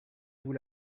vous